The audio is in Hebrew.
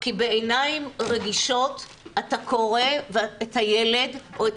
כי בעיניים רגישות אתה קורא את הילד או את